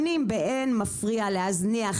שנים באין מפריע להזניח,